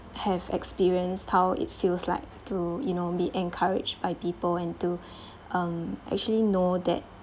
have experienced how it feels like to you know be encouraged by people and to um actually know that